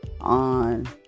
On